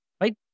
Right